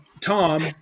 Tom